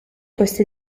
questa